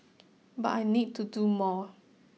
but I need to do more